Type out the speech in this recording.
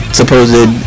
supposed